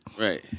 Right